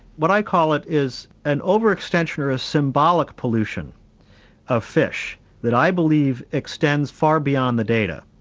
what i call it is an over-extension or ah symbolic pollution of fish that i believe extends far beyond the data.